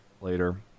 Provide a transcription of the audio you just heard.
later